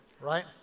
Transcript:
right